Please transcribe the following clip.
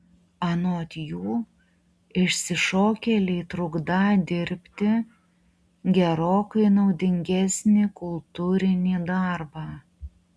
anot jų išsišokėliai trukdą dirbti gerokai naudingesnį kultūrinį darbą